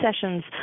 sessions